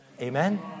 Amen